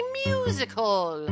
musical